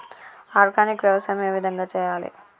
Organic వ్యవసాయం ఏ విధంగా చేయాలి?